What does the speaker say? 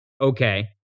okay